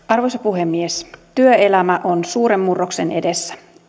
arvoisa puhemies työelämä on suuren murroksen edessä